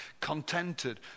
contented